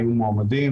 היו מועמדים,